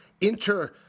inter